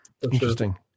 Interesting